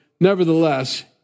nevertheless